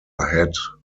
had